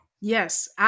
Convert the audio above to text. Yes